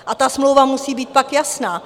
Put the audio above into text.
A ta smlouva musí být pak jasná.